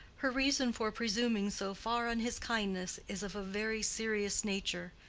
her reason for presuming so far on his kindness is of a very serious nature.